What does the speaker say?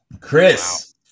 Chris